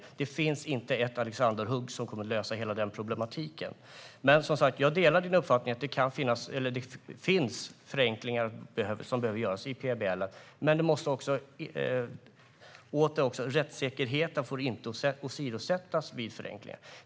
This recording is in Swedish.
Det finns inte något alexanderhugg som kommer att lösa hela problematiken. Jag delar som sagt din uppfattning att det finns förenklingar som behöver göras i PBL, men rättssäkerheten får inte åsidosättas vid förenklingar.